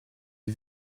les